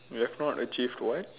you have not achieve what